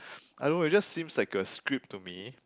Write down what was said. I don't know it just seems like a script to me